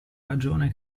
ragione